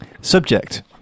Subject